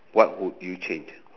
what would you change